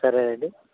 సరే అండి